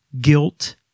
guilt